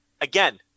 Again